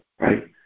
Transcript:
Right